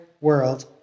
world